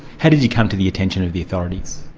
how did you come to the attention of the authorities?